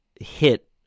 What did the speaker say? hit